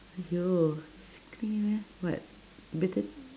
!aiyo! eh what bitte~